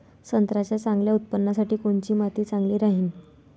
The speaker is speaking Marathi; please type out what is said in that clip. संत्र्याच्या चांगल्या उत्पन्नासाठी कोनची माती चांगली राहिनं?